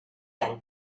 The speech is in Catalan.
all